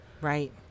Right